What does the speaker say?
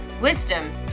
wisdom